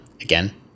Again